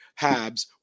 Habs